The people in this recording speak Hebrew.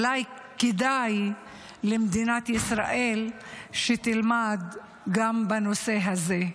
אולי כדאי למדינת ישראל שתלמד גם בנושא הזה.